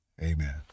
amen